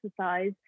exercise